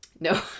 No